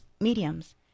mediums